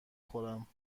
خورم